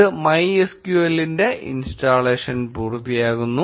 ഇത് MySQL ന്റെ installation പൂർത്തിയാക്കുന്നു